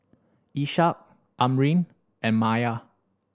Ishak Amrin and Maya